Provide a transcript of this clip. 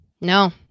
No